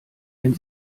wenn